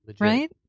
right